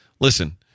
Listen